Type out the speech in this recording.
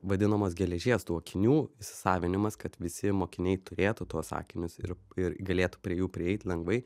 vadinamos geležies tų akinių įsisavinimas kad visi mokiniai turėtų tuos akinius ir ir galėtų prie jų prieit lengvai